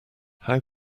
how